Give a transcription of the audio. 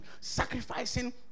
sacrificing